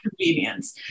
convenience